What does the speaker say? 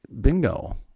bingo